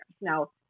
now